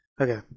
Okay